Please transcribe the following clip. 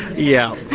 yeah.